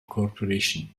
corporation